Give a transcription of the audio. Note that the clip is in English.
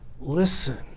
Listen